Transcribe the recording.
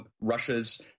Russia's